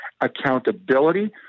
accountability